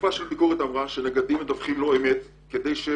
גופה של ביקורת אמרה שנגדים מדווחים לא אמת כדי שזה